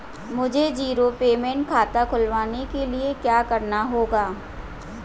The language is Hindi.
मुझे जीरो पेमेंट खाता खुलवाने के लिए क्या करना होगा?